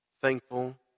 Thankful